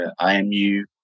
IMU